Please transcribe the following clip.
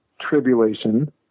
Tribulation